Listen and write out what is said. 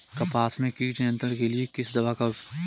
कपास में कीट नियंत्रण के लिए किस दवा का प्रयोग किया जाता है?